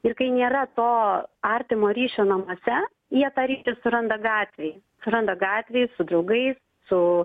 ir kai nėra to artimo ryšio namuose jie tą ryšį suranda gatvėj suranda gatvėj su draugais su